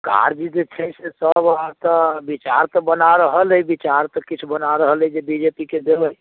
काज जे छै से तऽ अहाँ सब विचार तऽ बना रहल अइ विचार तऽ किछु बना रहल अइ जे बीजेपीके देबै